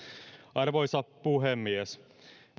arvoisa puhemies